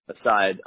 aside